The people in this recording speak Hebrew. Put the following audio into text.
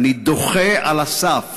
ואני דוחה על הסף